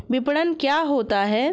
विपणन क्या होता है?